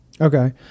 okay